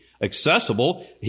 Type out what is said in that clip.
accessible